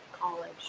college